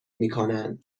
میکنند